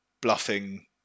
bluffing